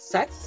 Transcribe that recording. Sex